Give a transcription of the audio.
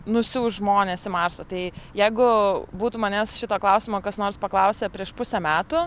nusiųs žmones į marsą tai jeigu būtų manęs šito klausimo kas nors paklausę prieš pusę metų